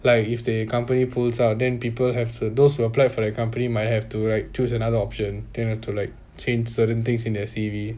like if the company pulls ah then people have to those who applied for the company might have to like choose another option to like change certain things in the C_V